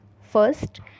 First